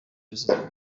gusuzumwa